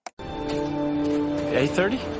8.30